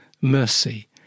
mercy